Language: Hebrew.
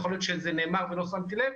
יכול להיות שזה נאמר ולא שמתי לב,